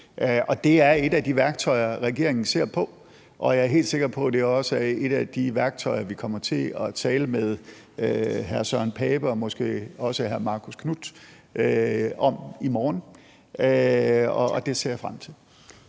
Det er et af de værktøjer, regeringen ser på, og jeg er helt sikker på, at det også er et af de værktøjer, vi kommer til at tale med hr. Søren Pape Poulsen og måske også hr. Marcus Knuth om i morgen, og det ser jeg frem til.